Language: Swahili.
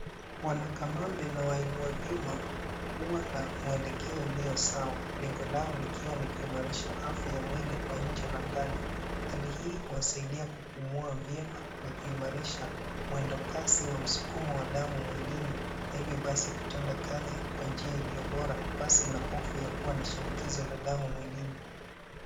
Wanakamambe na wainua vyuma huwa na mwelekeoulio sawa, lengo lau likiwa ni kuimarisha afya ya mwilikwa nje na ndani. Hali hii huwasaidia kupumua vyema na kuimarisha mwendo kasi wa msukumo wa damu mwilini hivyo basi kutenda kazi kwa njia iliyo bora pasi na hofu ya kuwa na shinikizo la damu mwilini.